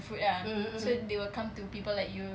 mm mmhmm